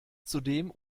zudem